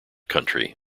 country